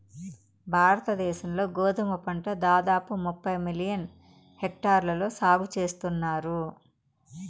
భారత దేశం లో గోధుమ పంట దాదాపు ముప్పై మిలియన్ హెక్టార్లలో సాగు చేస్తన్నారు